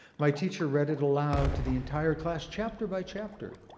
my teacher read it aloud to the entire class, chapter by chapter.